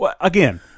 Again